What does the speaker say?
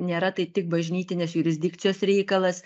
nėra tai tik bažnytinės jurisdikcijos reikalas